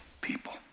people